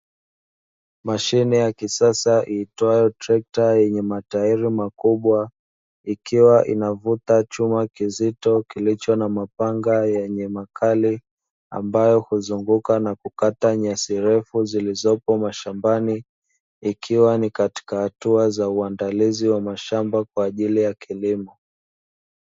Mashine ya kisasa iitwayo trekta yenye matairi makubwa ikiwa inavuta chuma kizito kilicho na mapanga yenye makali, ambayo huzunguka kukata nyasi refu zilizopo mashambani ikiwa ni katika hatua za uandalizi wa mashamba kwa ajili ya kilimo.